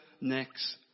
next